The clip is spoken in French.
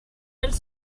elle